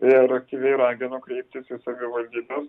ir aktyviai raginu kreiptis į savivaldybes